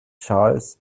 charles